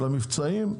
של המבצעים,